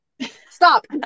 Stop